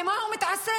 במה הוא מתעסק?